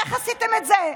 איך עשיתם את זה?